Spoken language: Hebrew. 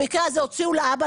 במקרה הזה הוציאו לאבא,